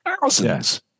thousands